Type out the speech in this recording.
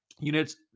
units